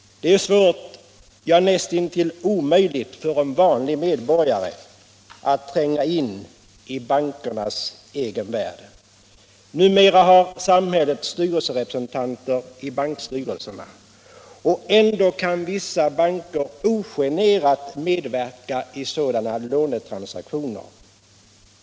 Det är svårt — ja, näst intill omöjligt — för en vanlig medborgare att tränga in i bankernas egen värld. Numera har samhället styrelserepresentanter i bankstyrelserna. Och ändå kan vissa banker ogenerat medverka i sådana lånetransaktioner.